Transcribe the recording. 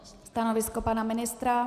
Stanovisko pana ministra?